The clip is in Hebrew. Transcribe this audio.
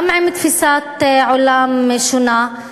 גם עם תפיסת עולם שונה,